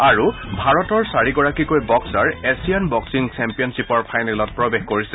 আৰু ভাৰতৰ চাৰিগৰাকীকৈ বক্সাৰ এছিয়ান বক্সিং চেম্পিয়নশ্বিপৰ ফাইনেলত প্ৰৱেশ কৰিছে